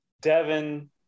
Devin